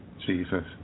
Jesus